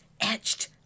etched